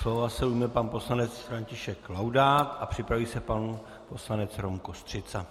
Slova se ujme pan poslanec František Laudát a připraví se pan poslanec Rom Kostřica.